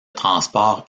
transport